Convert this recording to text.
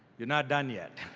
you're not done yet.